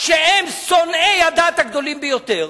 שהם שונאי הדת הגדולים ביותר,